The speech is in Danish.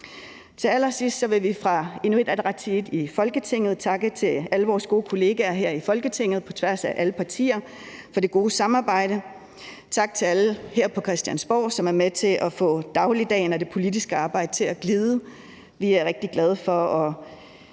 Til allersidst vil vi fra Inuit Ataqatigiit i Folketingets side takke alle vores gode kollegaer her i Folketinget på tværs af alle partier for det gode samarbejde. Tak til alle her på Christiansborg, som er med til at få dagligdagen og det politiske arbejde til at glide. Vi er rigtig glade for at